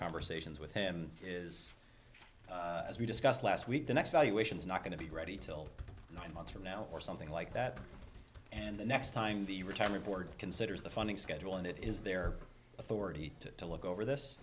conversations with him is as we discussed last week the next valuations not going to be ready to nine months from now or something like that and the next time the retirement board considers the funding schedule and it is their authority to look over